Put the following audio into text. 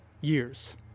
years